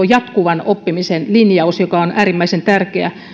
jatkuvan oppimisen linjauksesta joka on äärimmäisen tärkeä